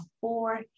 four